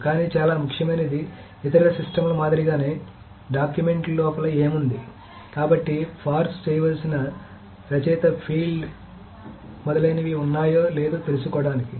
కానీ చాలా ముఖ్యమైనది ఇతర సిస్టమ్ల మాదిరిగానే డాక్యుమెంట్ లోపల ఏముంది కాబట్టి పార్స్ చేయాల్సిన రచయిత ఫీల్డ్ మొదలైనవి ఉన్నాయో లేదో తెలుసుకోవడానికి